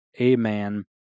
amen